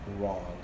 wrong